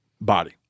body